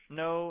no